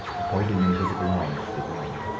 and holding invisible arms to the ground.